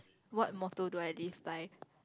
what motto do I live life